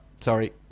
Sorry